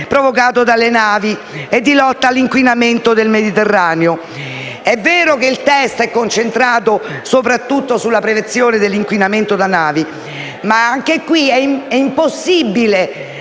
provocato dalle navi e di lotta all'inquinamento del Mediterraneo. È vero che il testo è concentrato soprattutto sulla prevenzione dell'inquinamento da navi, ma, anche in questo caso, è impossibile